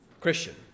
Christian